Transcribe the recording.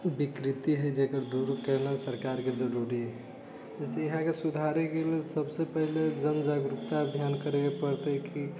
विकृति है जेकरा दूर कयला सरकारके जरुरी है जाहिसे यहाँके सुधारैके लेल सभसँ पहले जन जागरुकता अभियान करैके पड़ते कि